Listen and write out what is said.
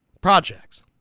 projects